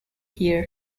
here